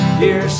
dear